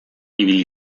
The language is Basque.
ibili